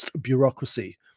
bureaucracy